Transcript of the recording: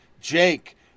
Jake